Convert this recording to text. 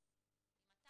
אז אם אתה